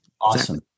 awesome